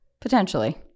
Potentially